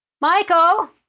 Michael